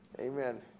Amen